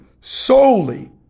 solely